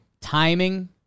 timing